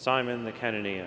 simon the kennedy